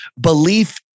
belief